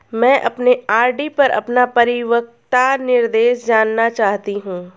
मैं अपने आर.डी पर अपना परिपक्वता निर्देश जानना चाहती हूँ